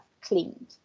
cleaned